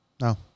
No